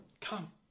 Come